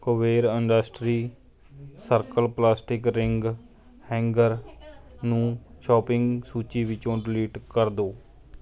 Kuber industry circle plastic ring hanger ਨੂੰ shopping ਸੂਚੀ ਵਿੱਚੋਂ ਡਿਲੀਟ ਕਰ ਦਿਉ